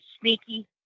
sneaky